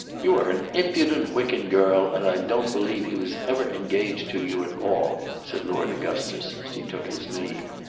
you are an impudent, wicked girl, and i don't believe he was ever engaged to you at all, said lord augustus as he took his leave.